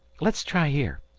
le's try here.